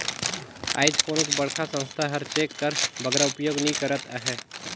आएज कोनोच बड़खा संस्था हर चेक कर बगरा उपयोग नी करत अहे